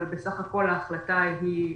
אבל בסך הכול ההחלטה היא,